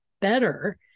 better